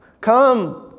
Come